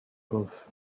roof